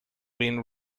been